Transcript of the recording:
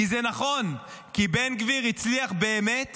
כי זה נכון, כי בן גביר הצליח באמת